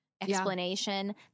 explanation